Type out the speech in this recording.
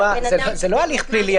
זה לא הליך פלילי.